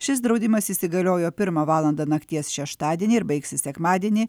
šis draudimas įsigaliojo pirmą valandą nakties šeštadienį ir baigsis sekmadienį